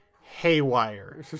haywire